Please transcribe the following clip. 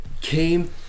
came